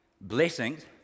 blessings